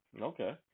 okay